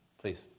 Please